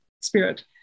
spirit